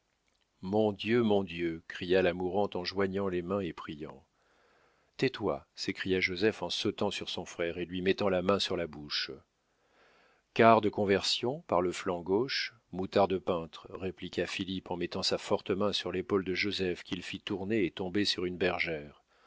mon dieu mon dieu cria la mourante en joignant les mains et priant tais-toi s'écria joseph en sautant sur son frère et lui mettant la main sur la bouche quart de conversion par le flanc gauche moutard de peintre répliqua philippe en mettant sa forte main sur l'épaule de joseph qu'il fit tourner et tomber sur une bergère